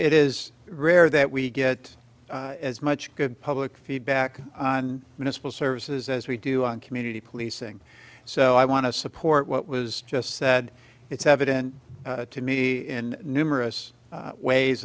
it is rare that we get as much good public feedback on this bill services as we do on community policing so i want to support what was just said it's evident to me in numerous ways